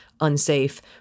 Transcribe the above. unsafe